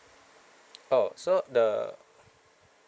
oh so the